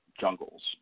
jungles